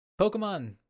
Pokemon